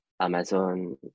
Amazon